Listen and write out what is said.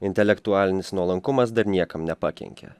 intelektualinis nuolankumas dar niekam nepakenkė